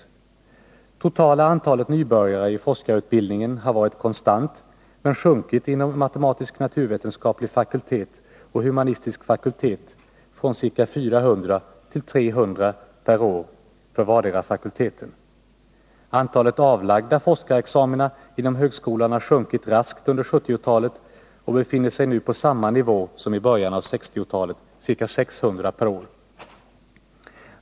Det totala antalet nybörjare i forskarutbildningen har varit konstant men sjunkit inom matematisk-naturvetenskaplig och humanistisk fakultet från ca 400 till 300 per år för vardera fakulteten. Antalet avlagda forskarexamina inom högskolan har sjunkit raskt under 1970-talet och befinner sig nu på samma nivå som i början av 1960-talet — ca 600 per år.